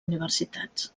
universitats